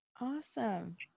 Awesome